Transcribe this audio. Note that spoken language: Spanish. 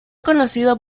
conocido